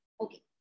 Okay